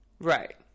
Right